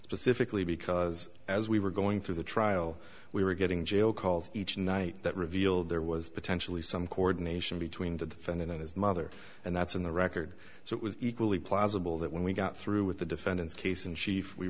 specifically because as we were going through the trial we were getting jail calls each night that revealed there was potentially some coordination between the defendant and his mother and that's in the record so it was equally plausible that when we got through with the defendant's case in chief we